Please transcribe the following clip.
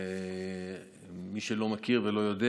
כי היה אומר: